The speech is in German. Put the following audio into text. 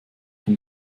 von